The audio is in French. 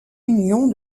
union